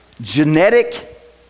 Genetic